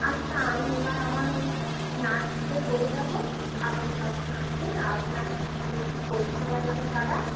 আচ্ছা আমি এবার আমার ওই নার্সদের বলে দেব আপনি যখন আসবেন আপনার রুগীর পরিষেবা যেন তারা